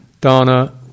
dana